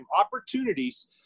opportunities